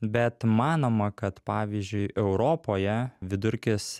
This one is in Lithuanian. bet manoma kad pavyzdžiui europoje vidurkis